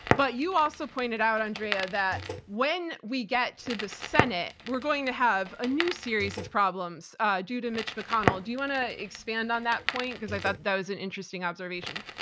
but you also pointed out, andrea, that when we get to the senate, we're going to have a new series of problems due to mitch mcconnell. do you want to expand on that point? because i thought that was an interesting observation.